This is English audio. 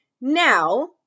Now